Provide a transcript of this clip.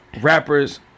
rappers